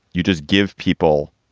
you just give people.